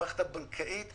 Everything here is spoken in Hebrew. המערכת הבנקאית,